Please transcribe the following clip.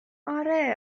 آره